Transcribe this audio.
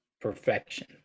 perfection